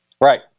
right